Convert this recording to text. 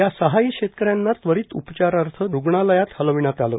या सहाही शेतकऱ्यांना त्वरीत उपचारार्थ रूग्णालयात हलविण्यात आलं